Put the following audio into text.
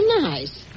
nice